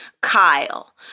Kyle